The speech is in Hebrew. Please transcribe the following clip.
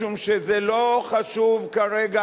משום שלא חשוב כרגע,